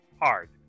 hard